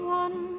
one